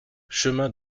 chemin